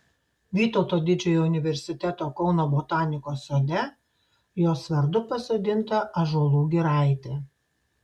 vytauto didžiojo universiteto kauno botanikos sode jos vardu pasodinta ąžuolų giraitė